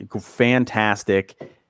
fantastic